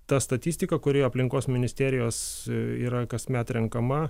ta statistika kuri aplinkos ministerijos yra kasmet renkama